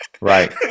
Right